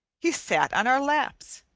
he sat on our laps,